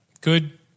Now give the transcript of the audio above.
Good